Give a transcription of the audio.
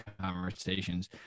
conversations